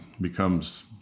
becomes